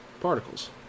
particles